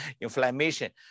inflammation